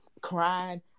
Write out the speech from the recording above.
crying